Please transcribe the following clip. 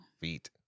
feet